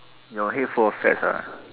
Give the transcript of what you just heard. your head full of fats ah